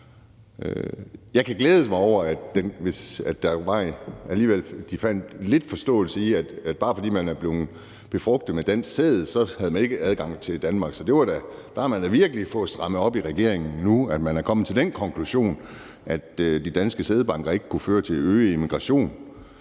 Jeg kan glæde mig over, at de alligevel har haft lidt forståelse for, at bare fordi man er blevet befrugtet med dansk sæd, skal man ikke have adgang til Danmark. Man har da virkelig fået strammet op i regeringen nu, når man er kommet til den konklusion, at de danske sædbanker ikke skal kunne føre til øget immigration.